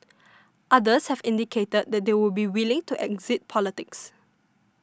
others have indicated that they would be willing to exit politics